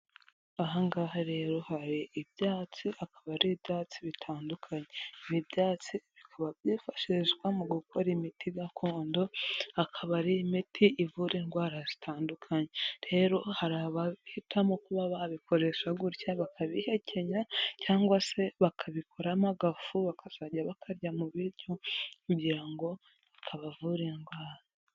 Aha ngaha rero hari ibyatsi akaba ari ibyatsi bitandukanye, ibi byatsi bikaba byifashishwa mu gukora imiti gakondo, akaba ari imiti ivura indwara zitandukanye, rero hari abahitamo kuba babikoresha gutya, bakabihekenya cyangwa se bakabikoramo agafu bakazajya bakarya mu biryo, kugira ngo kabavura indwara.